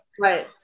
Right